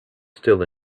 still